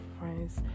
friends